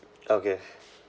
okay